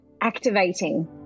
activating